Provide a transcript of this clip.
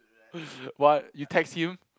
what you text him